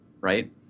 right